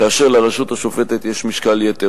כאשר לרשות השופטת יש משקל יתר.